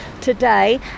today